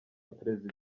perezida